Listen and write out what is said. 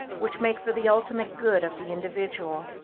which make for the ultimate good of the individual.